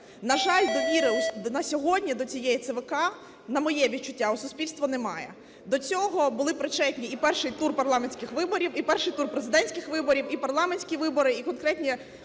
На жаль, довіри на сьогодні до цієї ЦВК, на моє відчуття, у суспільства немає. До цього були причетні і перший тур парламентських виборів, і перший тур президентських виборів, і парламентські вибори, і конкретні